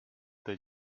did